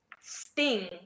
sting